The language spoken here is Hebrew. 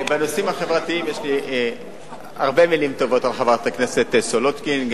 בנושאים החברתיים יש לי הרבה מלים טובות על חברת הכנסת סולודקין,